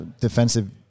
defensive